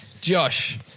Josh